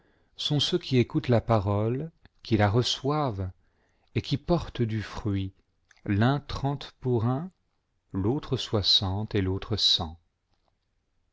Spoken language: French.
sont ceux qui écoutent la parole qui la reçoivent et qui portent du fruit l'un trente pour un l'autre soixante et l'autre cent